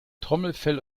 trommelfell